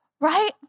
Right